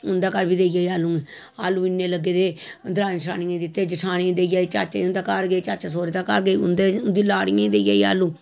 उं'दे घर बी देई आई आलू आलू इन्ने लग्गे दे हे दरानियें जठानियें दित्ते जठानियें चाचे होंदे घर गेई चाचे सोह्रे दे घर गेई उं'दी लाड़ियें देई आई आलू